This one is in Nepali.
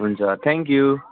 हुन्छ थ्याङ्क यू